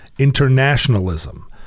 Internationalism